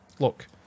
Look